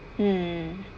mm